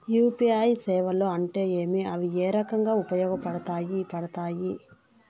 UPI సేవలు అంటే ఏమి, అవి ఏ రకంగా ఉపయోగపడతాయి పడతాయి?